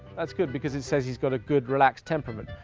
that's good because it says he's got a good relaxed temperament.